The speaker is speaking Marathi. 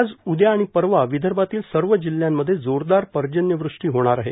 आज उद्या आणि परवा विदर्भातील सर्व जिल्ह्यांमध्ये जोरदार पर्जन्यवृष्टी होणार आहे